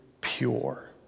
pure